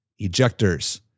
ejectors